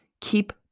Keep